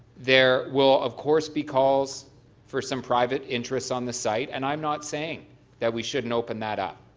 there will, of course be calls for some private interests on the site. and i'm not saying that we shouldn't open that up.